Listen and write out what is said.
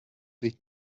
sich